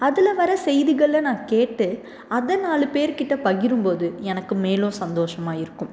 அதில் வர செய்திகளா நான் கேட்டு அதை நாலு பேருக்கிட்ட பகிரும் போது எனக்கு மேலும் சந்தோஷமாக இருக்கும்